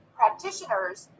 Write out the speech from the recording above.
practitioners